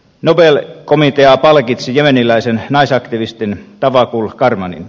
nobel komitea palkitsi jemeniläisen naisaktivistin tawakkul karmanin